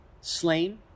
slain